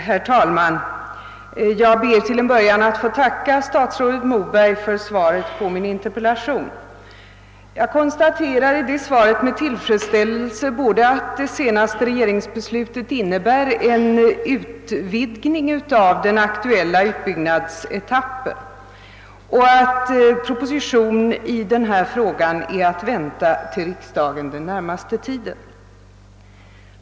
Herr talman! Jag ber till att börja med att få tacka statsrådet Moberg för svaret på min interpellation. Jag konstaterar i detta svar med intresse både att det senaste regeringsbeslutet innebär en utvidgning av den aktuella utbyggnadsetappen och att proposition i denna fråga är att vänta till riksdagen inom den närmaste tiden.